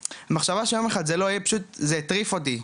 המחשבה שיום אחד זה לא יהיה פשוט זה הטריף אותי,